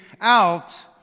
out